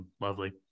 lovely